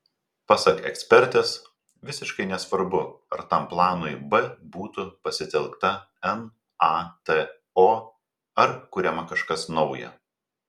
pasak ekspertės visiškai nesvarbu ar tam planui b būtų pasitelkta nato ar kuriama kažkas nauja